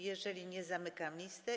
Jeżeli nie, zamykam listę.